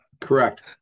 Correct